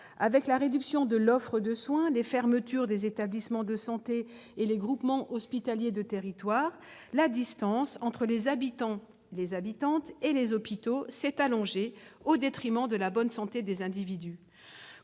Avec la réduction de l'offre de soins, les fermetures des établissements de santé et les groupements hospitaliers de territoire, les GHT, la distance entre les habitants et les hôpitaux s'est allongée au détriment de la bonne santé des individus.